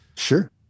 Sure